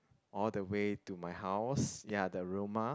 all the way to my house ya the aroma